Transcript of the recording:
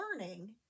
learning